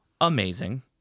amazing